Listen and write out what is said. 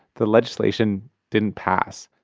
the legislation didn't pass.